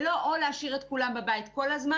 זה לא או להשאיר את כולם בבית כל הזמן